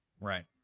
Right